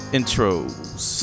Intros